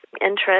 interest